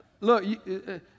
look